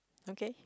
okay